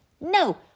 No